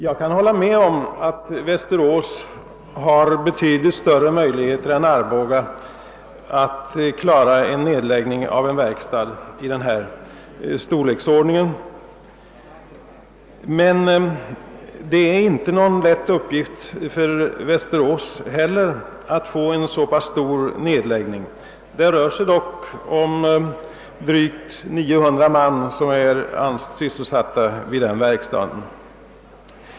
Jag kan hålla med om att Västerås har betydligt större möjligheter än Arboga att klara nedläggningen av en verkstad av denna storleksordning, men det är inte heller för Västerås någon lätt uppgift att genomföra en nedläggning av denna betydande omfattning. Det rör sig ändå om drygt 900 man som är sysselsatta vid verkstaden.